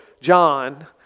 John